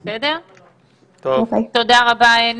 אוקיי, תודה רבה.